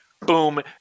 boom